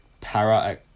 Para